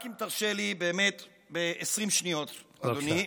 רק אם תרשה לי באמת בעשרים שניות, אדוני.